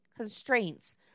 Constraints